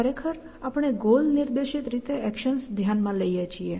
ખરેખર આપણે ગોલ નિર્દેશિત રીતે એક્શન્સ ધ્યાનમાં લઈએ છીએ